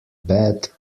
bed